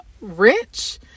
rich